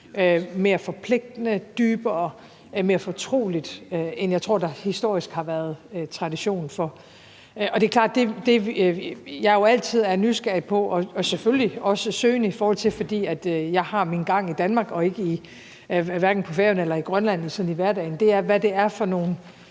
mere forpligtende, dybere og mere fortroligt, end jeg tror der historisk har været tradition for. Det er jo klart, at det, jeg altid er nysgerrig på og selvfølgelig også søgende i forhold til – fordi jeg har min gang i Danmark og hverken på Færøerne eller i Grønland sådan i hverdagen – er, hvad det er for nogle